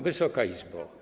Wysoka Izbo!